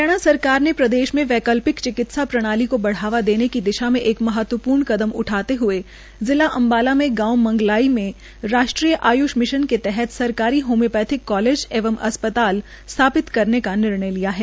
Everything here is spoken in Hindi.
हरियाणा सरकार ने प्रदेश में वैकल्पिक चिकित्सा प्रणाली को बढ़ावा देने की दिशा में एक महत्वपूर्ण कदम उठाते हए जिला अम्बाला के गांव मंगलाई में राष्ट्रीय आय्ष मिशन के तहत सरकारी होम्योपैथिक कॉलेज एवं अस्पताल स्थापित करने का निर्णय लिया है